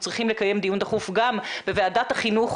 צריכים לקיים דיון דחוף גם בוועדת החינוך,